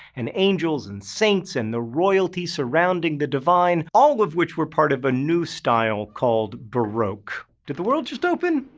and angels, and saints, and the royalty surrounding the divine all of which were part of a new style called baroque. did the world just open?